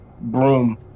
broom